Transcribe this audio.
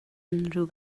unrhyw